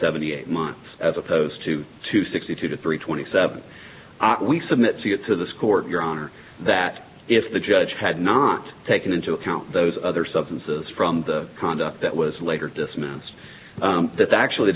seventy eight months as opposed to two sixty two to three twenty seven we submit to get to this court your honor that if the judge had not taken into account those other substances from the conduct that was later dismissed that actually